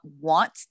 want